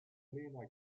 lena